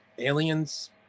aliens